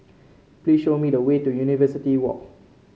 please show me the way to University Walk